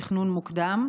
תכנון מוקדם,